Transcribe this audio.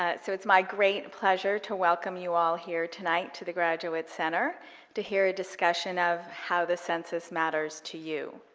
ah so it's my great pleasure to welcome you all here tonight to the graduate center to hear a discussion of how the census matters to you.